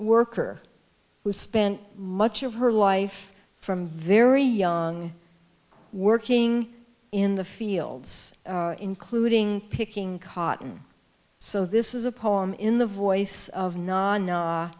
worker who spent much of her life from very young working in the fields including picking cotton so this is a poem in the voice of non